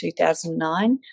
2009